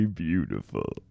beautiful